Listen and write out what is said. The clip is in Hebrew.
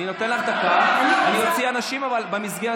אני מבקש